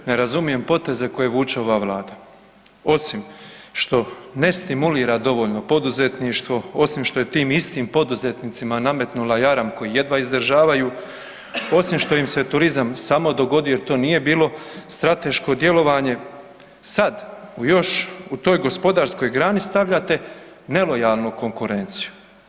Ne razumijem poteze koje vuče ova Vlada osim što ne stimulira dovoljno poduzetništvo, osim što je tim istim poduzetnicima nametnula jaram koji jedva izdržavaju, osim što im se turizam samo dogodi jer to nije bilo strateško djelovanje, sad, u još, u toj gospodarskoj grani stavljate nelojalnu konkurenciju.